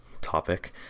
topic